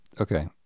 Okay